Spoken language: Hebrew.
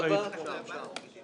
הצבעה בעד ההסתייגות 6 נגד,